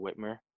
Whitmer